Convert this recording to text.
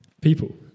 people